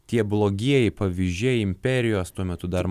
tie blogieji pavyzdžiai imperijos tuo metu dar